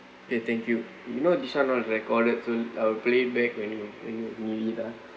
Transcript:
K thank you you know this [one] all is recorded so I'll play back when you when you when you need ah